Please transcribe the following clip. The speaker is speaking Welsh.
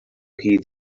hyd